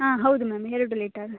ಹಾಂ ಹೌದು ಮ್ಯಾಮ್ ಎರಡು ಲೀಟರ್